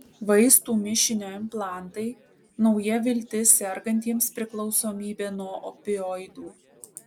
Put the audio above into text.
vaistų mišinio implantai nauja viltis sergantiems priklausomybe nuo opioidų